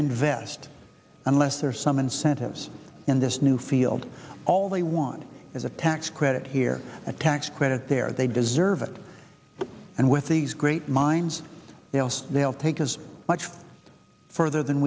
invest unless there are some incentives in this new field all they want is a tax credit here a tax credit there they deserve it and with these great minds else they'll take as much further than